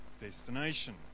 destination